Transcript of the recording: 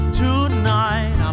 tonight